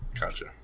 Gotcha